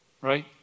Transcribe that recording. Right